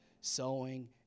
sowing